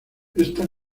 esta